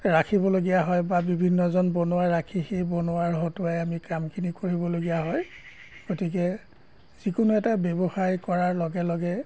ৰাখিবলগীয়া হয় বা বিভিন্নজন বনুৱা ৰাখি সেই বনুৱাৰ হতুৱাই আমি কামখিনি কৰিবলগীয়া হয় গতিকে যিকোনো এটা ব্যৱসায় কৰাৰ লগে লগে